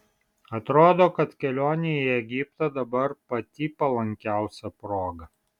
atrodo kad kelionei į egiptą dabar pati palankiausia proga